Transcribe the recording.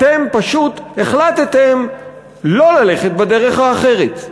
אתם פשוט החלטתם לא ללכת בדרך האחרת.